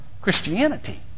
Christianity